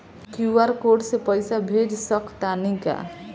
QR code से पईसा भेज सक तानी का?